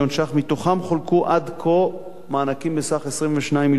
ומתוכם חולקו עד כה מענקים בסך 22 מיליון שקלים.